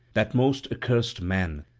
that most accursed man,